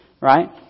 right